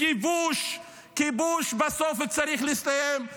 כיבוש בסוף צריך להסתיים.